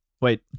Wait